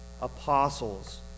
apostles